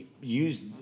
use